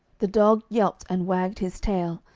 the dog yelped and wagged his tail,